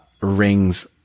rings